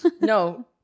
no